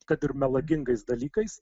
kad ir melagingais dalykais